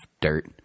dirt